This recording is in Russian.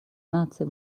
наций